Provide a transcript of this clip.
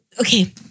Okay